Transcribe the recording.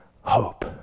hope